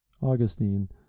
Augustine